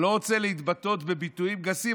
אני לא רוצה להתבטא בביטויים גסים,